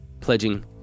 pledging